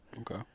Okay